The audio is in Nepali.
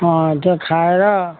अँ त्यो खाएर